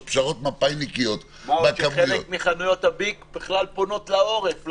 פשרות מפא"יניקיות --- מה עוד שחלק מחנויות הביג בכלל פונות לעורף,